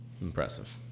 Impressive